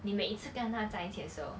你每一次跟她在一起的时候